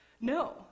No